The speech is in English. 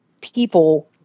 people